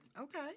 Okay